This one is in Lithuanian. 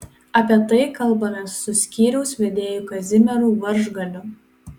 apie tai kalbamės su skyriaus vedėju kazimieru varžgaliu